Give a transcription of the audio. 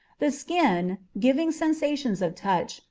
the skin, giving sensations of touch,